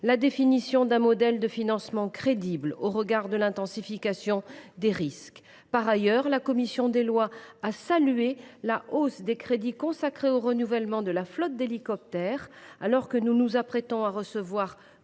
la définition d’un modèle de financement crédible au regard de l’intensification des risques. Par ailleurs, la commission des lois a salué la hausse des crédits consacrés au renouvellement de la flotte d’hélicoptères. Alors que nous nous apprêtons à recevoir